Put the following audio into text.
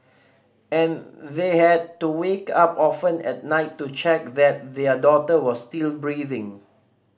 and they had to wake up often at night to check that their daughter was still breathing